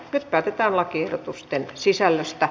nyt päätetään lakiehdotusten sisällöstä